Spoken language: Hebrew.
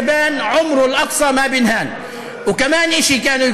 מה השירים שהם ענו לשוטרים שירו עליהם גז או התיזו עליהם מים?